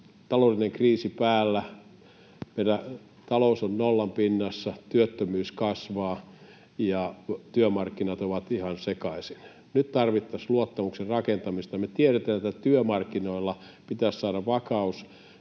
taloudellinen kriisi päällä, meillä talous on nollan pinnassa, työttömyys kasvaa ja työmarkkinat ovat ihan sekaisin, niin nyt tarvittaisiin luottamuksen rakentamista. Me tiedetään, että työmarkkinoilla pitäisi saada vakaus